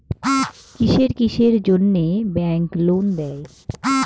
কিসের কিসের জন্যে ব্যাংক লোন দেয়?